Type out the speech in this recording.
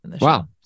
wow